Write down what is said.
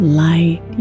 light